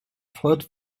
fraude